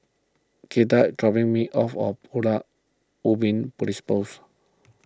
Clyda is dropping me off of Pulau Ubin Police Post